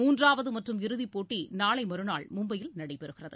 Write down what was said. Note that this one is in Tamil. மூன்றாவது மற்றும் இறுதிப்போட்டி நாளை மறுநாள் மும்பையில் நடைபெறுகிறது